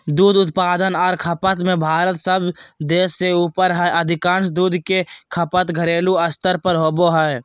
दूध उत्पादन आर खपत में भारत सब देश से ऊपर हई अधिकांश दूध के खपत घरेलू स्तर पर होवई हई